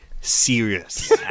serious